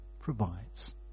provides